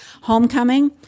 homecoming